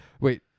Wait